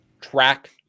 track